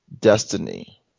destiny